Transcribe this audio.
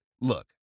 Look